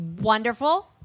wonderful